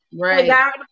right